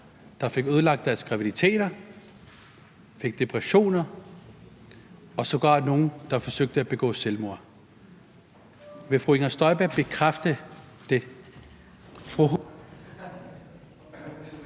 der fik ødelagt deres graviditeter, fik depressioner, og sågar nogle, der forsøgte at begå selvmord. Vil fru Pernille Vermund bekræfte det?